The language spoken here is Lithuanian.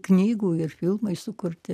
knygų ir filmai sukurti